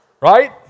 Right